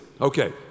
Okay